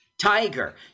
Tiger